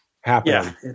happening